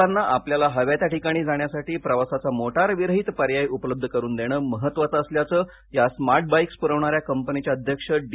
लोकांना आपल्याला हव्या त्या ठिकाणी जाण्यासाठी प्रवासाचा मोटार विरहीत पर्याय उपलब्ध करून देणं महत्त्वाचं असल्याचं या स्मार्ट बाईक्स पुरवणाऱ्या कंपनीचे चेअरमन डी